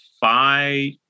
five